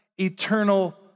eternal